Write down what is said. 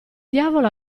diavolo